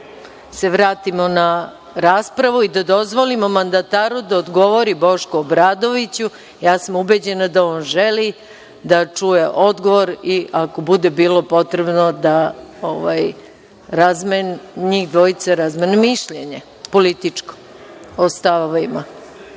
vratimo na raspravu i da dozvolimo mandataru da odgovori Bošku Obradoviću. Ja sam ubeđena da on želi da čuje odgovor i ako bude bilo potrebno da njih dvojica razmene političko mišljenje